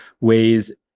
ways